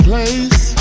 place